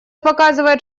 показывает